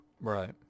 Right